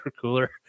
cooler